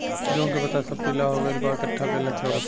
गेहूं के पता सब पीला हो गइल बा कट्ठा के लक्षण बा?